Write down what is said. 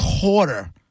quarter